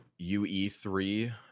ue3